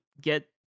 get